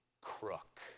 crook